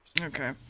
Okay